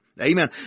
Amen